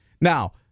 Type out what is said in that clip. Now